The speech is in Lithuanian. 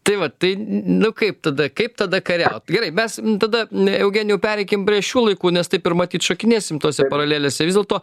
tai va tai nu kaip tada kaip tada kariaut gerai mes tada n eugenijau pereikim prie šių laikų nes taip ir matyt šokinėsim tose paralelėse vis dėlto